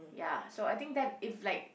ya so I think that if like